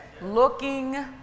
looking